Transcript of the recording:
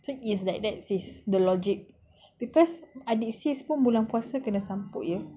so it's like that sis the logic because adik sis pun bulan puasa kena sampuk ya